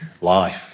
life